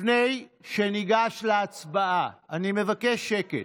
לפני שניגש להצבעה, אני מבקש שקט,